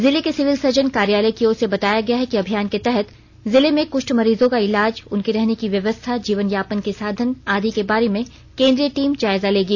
जिले के civil surgeon कार्यालय की ओर से बताया गया कि अभियान के तहत जिले में कुष्ठ मरीजों का इलाज उनके रहने की व्यवस्था जीवनयापन के साधन आदि के बारे में केंद्रीय टीम जायजा लेगी